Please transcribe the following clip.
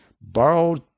borrowed